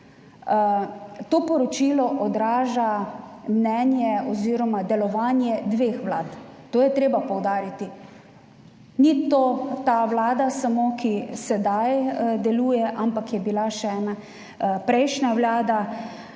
To poročilo odraža mnenje oziroma delovanje dveh vlad, to je treba poudariti. Ni to ta samo vlada, ki sedaj deluje, ampak je bila še ena prejšnja vlada.